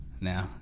now